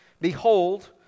Behold